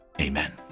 amen